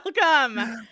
welcome